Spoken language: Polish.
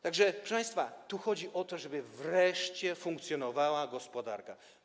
Tak że, proszę państwa, tu chodzi o to, żeby wreszcie funkcjonowała gospodarka.